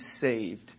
saved